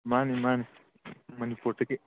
ꯃꯥꯅꯤ ꯃꯥꯅꯤ ꯃꯅꯤꯄꯨꯔꯗꯒꯤ